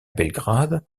belgrade